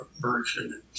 version